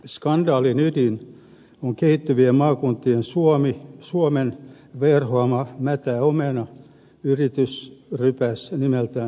skandaalin ydin on kehittyvien maakuntien suomen verhoama mätä omena yritysrypäs nimeltään nova